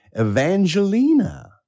Evangelina